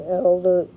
elder